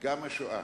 גם השואה.